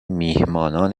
میهمانان